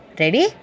ready